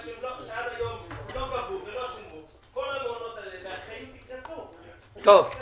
מה שעד היום לא גבו ולא שילמו כל המעונות האלה --- תודה רבה.